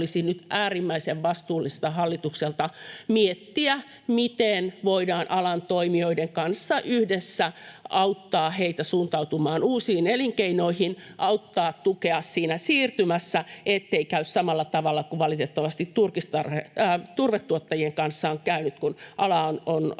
olisi nyt äärimmäisen vastuullista hallitukselta miettiä, miten voidaan alan toimijoiden kanssa yhdessä auttaa heitä suuntautumaan uusiin elinkeinoihin, tukea siinä siirtymässä, ettei käy samalla tavalla kuin valitettavasti turvetuottajien kanssa on käynyt, kun ala on